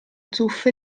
zuffe